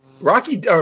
Rocky